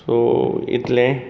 so इतले